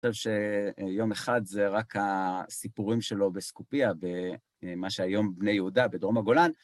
אני חושב שיום אחד זה רק הסיפורים שלו בסקופיה, ב... מה שהיום בני יהודה, בדרום הגולן.